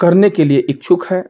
करने के लिए इच्छुक है